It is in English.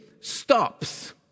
stops